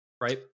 right